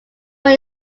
were